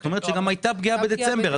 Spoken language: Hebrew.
זאת אומרת שגם הייתה פגיעה בדצמבר.